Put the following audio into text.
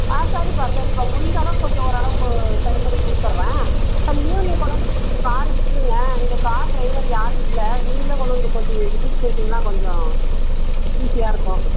ஆ சரிப்பா சரிப்பா முடிந்தளவுக்கு கொஞ்சம் ஓரளவுக்கு சரி பண்ணிக் கொடுத்தட்றேன் சரி ஈவினிங் கொண்டு வந்து இங்கே காரை விட்டுருங்க இங்கே கார் டிரைவர் யாரும் இல்லை நீங்களே கொண்டு வந்து கொஞ்சம் விட்டுவிட்டு போயிட்டீங்கன்னால் கொஞ்சம் ஈஸியாக இருக்கும்